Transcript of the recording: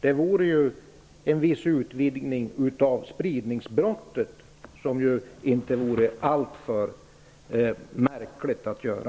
Det vore en viss utvidgning av spridningsbrottet, som inte vore alltför märkligt att införa.